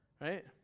right